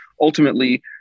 ultimately